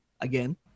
again